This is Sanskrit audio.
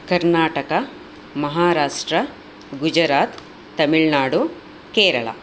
कर्णाटकः महाराष्ट्रः गुजरात् तमिळ्नाडु केरला